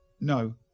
No